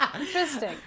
Interesting